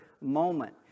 moment